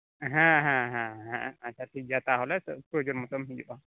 ᱦᱮᱸ ᱦᱮᱸ ᱦᱮᱸ ᱦᱮᱸ ᱦᱮᱸ ᱦᱮᱸ ᱟᱪᱪᱷᱟ ᱴᱷᱤᱠᱜᱮᱭᱟ ᱛᱟᱦᱚᱞᱮ ᱯᱨᱚᱭᱳᱡᱚᱱ ᱢᱚᱛᱚᱢ ᱦᱤᱡᱩᱜᱼᱟ